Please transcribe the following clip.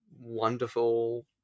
wonderful